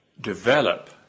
develop